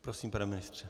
Prosím, pane ministře.